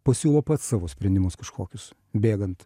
pasiūlo pats savo sprendimus kažkokius bėgant